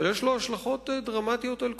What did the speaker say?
אבל יש לו השלכות דרמטיות על כולנו.